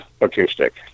acoustic